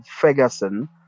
Ferguson